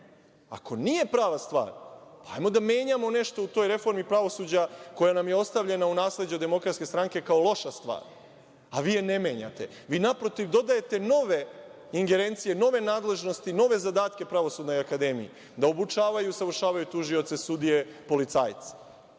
Ako nije prava stvar, pa hajde da menjamo nešto u toj reformi pravosuđa koja nam je ostavljena u nasleđe od DS kao loša stvar, a vi je ne menjate. Vi, naprotiv, dodajete nove ingerencije, nove nadležnosti, nove zadatke Pravosudnoj akademiji, da obučavaju i usavršavaju tužioce, sudije, policajce.